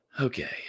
Okay